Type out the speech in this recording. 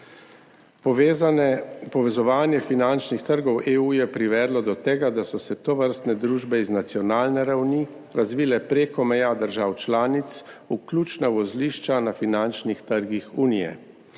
Povezovanje finančnih trgov EU je privedlo do tega, da so se tovrstne družbe iz nacionalne ravni razvile čez meje držav članic v ključna vozlišča na finančnih trgih unije.